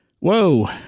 Whoa